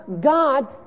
God